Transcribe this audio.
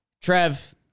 Trev